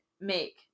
make